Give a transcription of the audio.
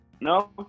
No